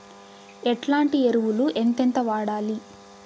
ఎట్లాంటి ఎరువులు ఎంతెంత వాడాలి?